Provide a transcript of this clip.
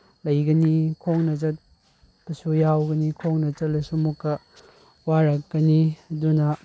ꯂꯩꯒꯅꯤ ꯈꯣꯡꯅ ꯆꯠꯄꯁꯨ ꯌꯥꯎꯒꯅꯤ ꯈꯣꯡꯅ ꯆꯠꯂꯁꯨ ꯑꯃꯨꯛꯀ ꯋꯥꯔꯛꯀꯅꯤ ꯑꯗꯨꯅ